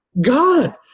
God